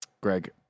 Greg